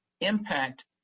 impact